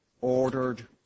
ordered